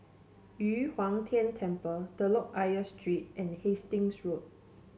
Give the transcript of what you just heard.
Yu Huang Tian Temple Telok Ayer Street and Hastings Road